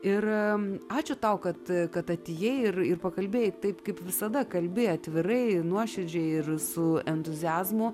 ir ačiū tau kad kad jie ir ir pakalbėjai taip kaip visada kalbi atvirai nuoširdžiai ir su entuziazmo